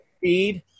Feed